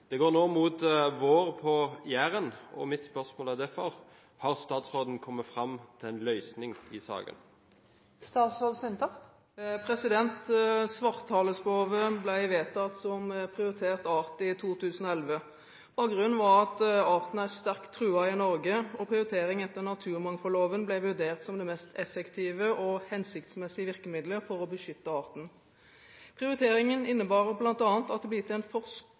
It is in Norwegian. Det går nå mot vår på Jæren. Har statsråden kommet fram til en løsning i saken?» Svarthalespove ble vedtatt som prioritert art i 2011. Bakgrunnen var at arten er sterkt truet i Norge, og prioritering etter naturmangfoldloven ble vurdert som det mest effektive og hensiktsmessige virkemiddelet for å beskytte arten. Prioriteringen innebar bl.a. at det ble gitt en